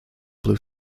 blue